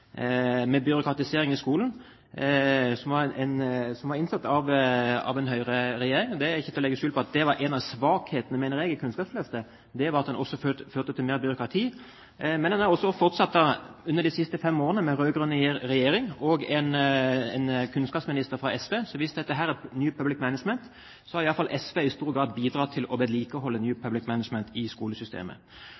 Det er ikke til å legge skjul på at det var en av svakhetene i Kunnskapsløftet. Det førte til mer byråkrati, og det har fortsatt i de siste fem årene med rød-grønn regjering og en kunnskapsminister fra SV. Hvis dette er New Public Management, har i alle fall SV i stor grad bidratt til å vedlikeholde